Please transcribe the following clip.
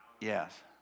Yes